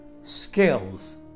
skills